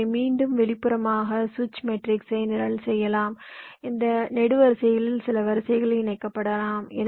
எனவே மீண்டும் வெளிப்புறமாக சுவிட்ச் மெட்ரிக்ஸை நிரல் செய்யலாம் இந்த நெடுவரிசைகளில் சில வரிசைகளில் இணைக்கப்படலாம்